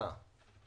ועדה?